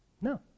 No